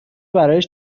برایش